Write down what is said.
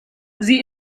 sie